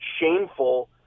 shameful